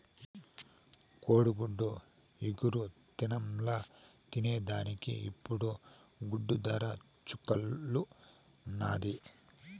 కోడిగుడ్డు ఇగురు దినంల తినేదానికి ఇప్పుడు గుడ్డు దర చుక్కల్లున్నాది